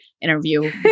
interview